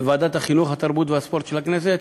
בוועדת החינוך, התרבות והספורט של הכנסת.